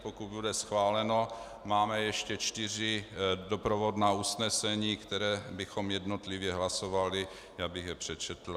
Pokud bude schváleno, máme ještě čtyři doprovodná usnesení, které bychom jednotlivě hlasovali, já bych je přečetl.